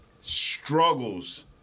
struggles